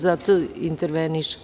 Zato i intervenišem.